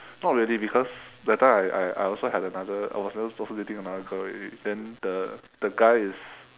not really because that time I I I also had another I was I was also dating another girl already then the the guy is